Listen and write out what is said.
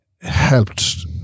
helped